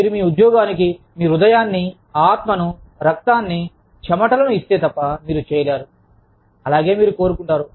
మీరు మీ ఉద్యోగానికి మీ హృదయాన్ని ఆత్మను రక్తాన్ని చెమటలను ఇస్తే తప్ప మీరు చేయలేరు అలాగే మీరు కోరుకుంటారు